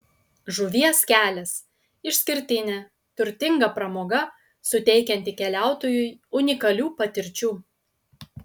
žuvies kelias išskirtinė turtinga pramoga suteikianti keliautojui unikalių patirčių